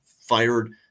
fired